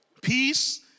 peace